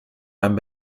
einem